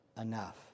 enough